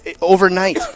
overnight